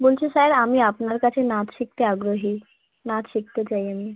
বলছি স্যার আমি আপনার কাছে নাচ শিখতে আগ্রহী নাচ শিখতে চাই আমি